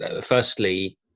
firstly